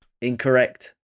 Incorrect